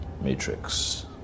matrix